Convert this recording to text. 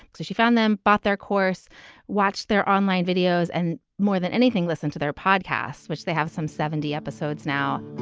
so she found them, but their course watched their online videos. and more than anything, listen to their podcasts, which they have some seventy episodes now,